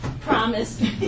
promise